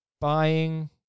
buying